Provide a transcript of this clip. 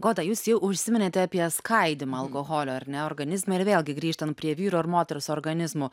goda jūs jau užsiminėte apie skaidymą alkoholio ar ne organizme ir vėlgi grįžtant prie vyro ir moters organizmų